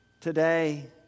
Today